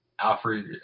Alfred